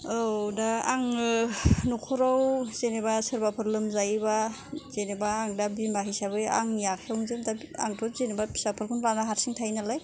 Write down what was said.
औ दा आङो न'खराव जेनेबा सोरबाफोर लोमजायोबा जेनेबा आं दा बिमा हिसाबै आंनि आखायावनोसै आंथ' जेनेबा फिसाफोरखौ लानानै हारसिङैनो थायो नालाय